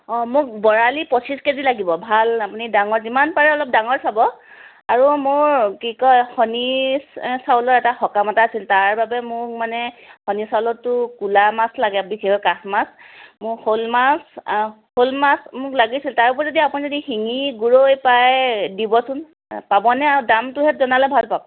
অঁ মোক বৰালি পঁচিছ কেজি লাগিব ভাল আপুনি ডাঙৰ যিমান পাৰে অলপ ডাঙৰ চাব আৰু মোৰ কি কয় শনি চাউলৰ সকাম এটা আছিল তাৰ বাবে মোক মানে শনি চাউলতটো ক'লা মাছ লাগে বিশেষকৈ কাঠ মাছ মোক শ'ল মাছ শ'ল মাছ মোক লাগিছিল তাৰ উপৰিও যদি আপুনি যদি শিঙি গৰৈ পায় দিবচোন পাবনে আৰু দামটোহেত জনালে ভাল পাম